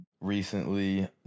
Recently